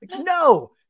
No